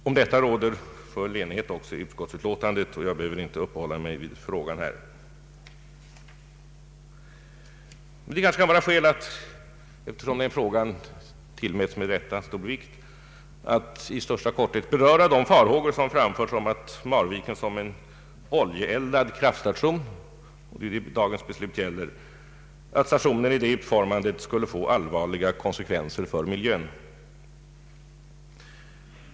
Om detta råder full enighet också i utskottet, och jag behöver därför inte uppehålla mig vid den frågan. Det är en annan fråga som med rätta tillmäts stor betydelse och som det därför kanske kan finnas skäl att i största korthet beröra. Jag tänker på de farhågor som framförts om att Marviken som en oljeeldad kraftstation — och det är ju det dagens beslut gäller skulle få allvarliga konsekvenser för miljön.